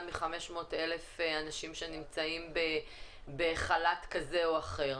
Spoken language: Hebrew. מ-500,000 אנשים שנמצאים בחל"ת כזה או אחר,